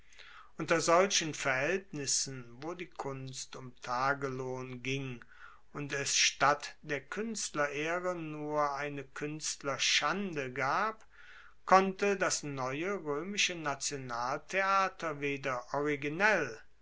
unter solchen verhaeltnissen wo die kunst um tagelohn ging und es statt der kuenstlerehre nur eine kuenstlerschande gab konnte das neue roemische nationaltheater weder originell